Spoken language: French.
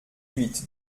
huit